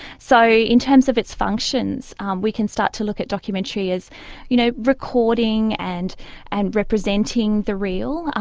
so in terms of its functions are um we can start to look at documentary as you know recording and and representing the real, ah